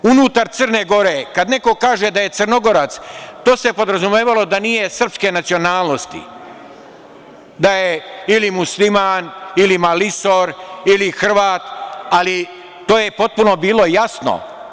Unutar Crne Gore, kada neko kaže da je Crnogorac, to se podrazumevalo da nije srpske nacionalnosti, da je ili Musliman ili Malisor ili Hrvat, ali to je potpuno bilo jasno.